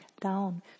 down